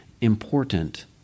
important